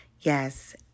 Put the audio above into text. Yes